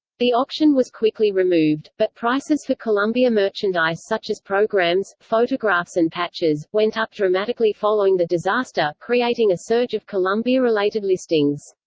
the auction was quickly removed, but prices for columbia merchandise such as programs, photographs and patches, went up dramatically following the disaster, creating a surge of columbia-related listings.